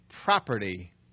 property